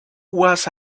was